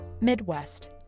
Midwest